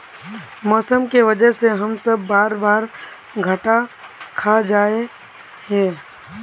मौसम के वजह से हम सब बार बार घटा खा जाए हीये?